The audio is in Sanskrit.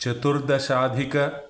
चतुर्दशाधिकः